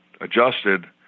adjusted